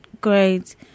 Great